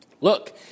Look